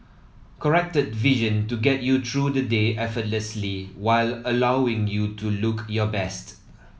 corrected vision to get you through the day effortlessly while allowing you to look your best